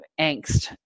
angst